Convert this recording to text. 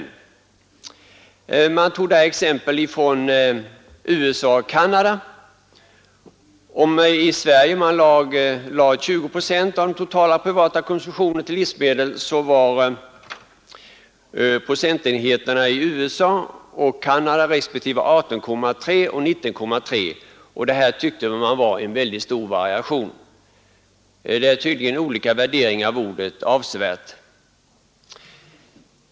Vidare anfördes exempel från USA och Canada, Medan man i Sverige lade 20 procent av den totala privata konsumtionen på livsmedel var andelen i USA och Canada 18,3 respektive 19,3 procent. Det tyckte skribenten i TCO-tidningen var en avsevärd variation — det finns tydligen olika värderingar när man använder ordet avsevärd.